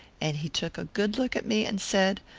and he took a good look at me and said,